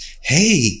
hey